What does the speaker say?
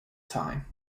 time